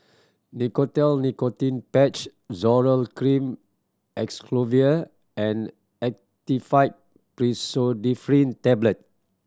Nicotinell Nicotine Patch Zoral Cream Acyclovir and Actifed Pseudoephedrine Tablet